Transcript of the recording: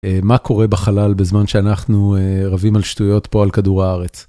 מה קורה בחלל בזמן שאנחנו רבים על שטויות פה על כדור הארץ.